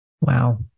Wow